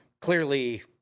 clearly